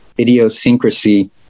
idiosyncrasy